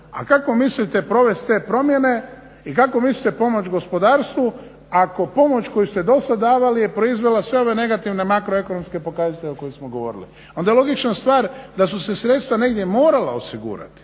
a kako mislite provest te promjene i kako mislite pomoć gospodarstvu ako pomoć koju ste do sad davali je proizvela sve ove negativne makro ekonomske pokazatelje o kojima smo govorili. Onda je logična stvar da su se sredstva negdje morala osigurati,